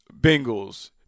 Bengals